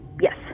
Yes